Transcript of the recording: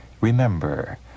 Remember